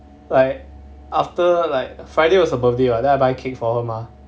like after like friday was her birthday right then I buy cake for her mah